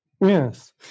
yes